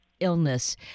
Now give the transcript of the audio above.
illness